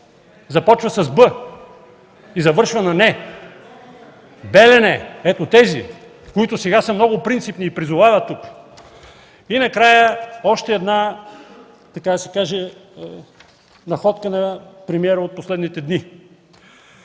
Започва с „Б” и завършва на „не”. Белене! Ето, тези, които сега са много принципни и призовават тук. И накрая още една, така да се каже, находка на премиера от последните дни.